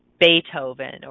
Beethoven